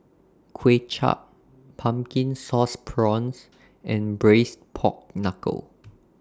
Kuay Chap Pumpkin Sauce Prawns and Braised Pork Knuckle